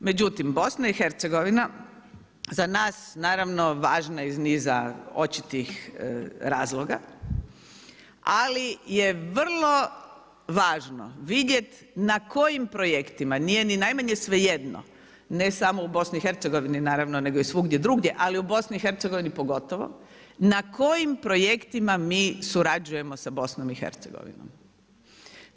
Međutim, BiH za nas naravno važna iz niza očitih razloga, ali je vrlo važno vidjeti na kojim projektima, nije ni najmanje svejedno ne samo u BiH-u, naravno nego i svugdje drugdje, ali u BiH-u pogotovo, na kojim projektima mi surađujemo sa BiH-om.